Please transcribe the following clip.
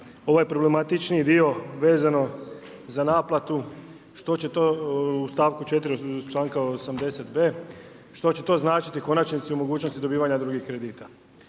ovaj problematičniji dio vezano za naplatu što će u stavku 4. članka 80.b što će to značiti u konačnici o mogućnosti dobivanja drugih kredita.